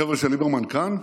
החבר'ה של ליברמן כאן?